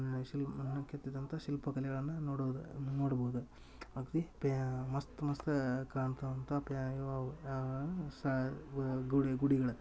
ಅನ್ನು ಕೆತ್ತಿದಂಥ ಶಿಲ್ಪಕಲೆಗಳನ್ನ ನೋಡುದ ನೋಡ್ಬೋದ ಅಗ್ದಿ ಪ್ಯಾ ಮಸ್ತ್ ಮಸ್ತ್ ಕಾನ್ತಾವಂತ ಪ್ಯಾ ಇವ್ ಅವು ಸಾ ಗುಡಿ ಗುಡಿಗಳು